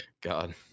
god